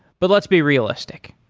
but let's be realistic.